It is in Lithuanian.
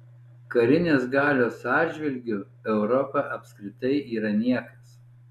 karinės galios atžvilgiu europa apskritai yra niekas